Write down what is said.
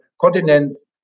continents